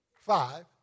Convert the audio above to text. five